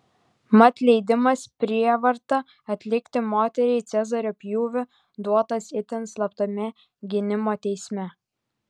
mat leidimas prievarta atlikti moteriai cezario pjūvį duotas itin slaptame gynimo teisme